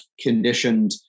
conditioned